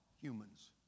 humans